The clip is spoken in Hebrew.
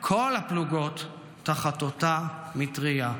/ כל הפלוגות תחת אותה מטרייה".